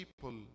people